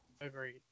Agreed